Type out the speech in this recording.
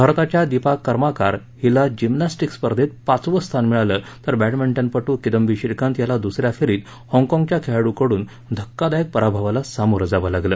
भारताच्या दीपा कर्मकार हिला जिमनॅस्टीक स्पर्धेत पाचवं स्थान मिळालं तर बॅडमिंटनपटू किंदबी श्रीकांत याला दुस या फेरीत हाँकाँगच्या खेळाडूकडून धक्कादायक पराभवाला सामोरं जावं लागलं